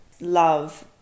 love